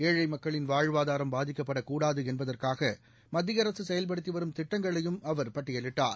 ஏழை மக்களின் வாழ்வாதாரம் பாதிக்கப்படக்கூடாது என்பதற்காக மத்திய அரசு செயல்படுத்தி வரும் திட்டங்களையும் அவர் பட்டியலிட்டார்